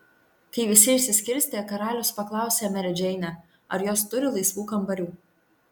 kai visi išsiskirstė karalius paklausė merę džeinę ar jos turi laisvų kambarių